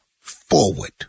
forward